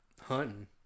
hunting